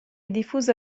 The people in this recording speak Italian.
diffusa